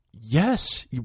Yes